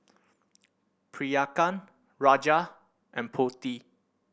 Priyanka Raja and Potti